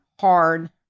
hard